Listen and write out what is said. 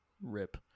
Rip